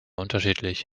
unterschiedlich